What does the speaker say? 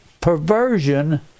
perversion